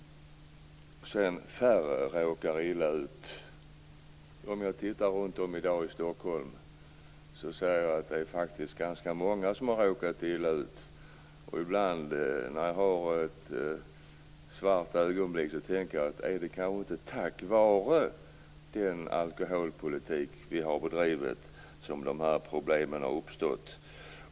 Färre råkar illa ut, säger statsrådet. Om jag tittar mig runt om i Stockholm i dag ser jag att det faktiskt är ganska många som har råkat illa ut. Ibland, i ett svart ögonblick, kan jag tänka att det kanske är på grund av den alkoholpolitik vi har bedrivit som de här problemen har uppstått.